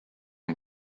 and